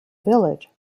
village